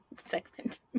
segment